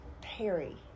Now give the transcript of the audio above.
Perry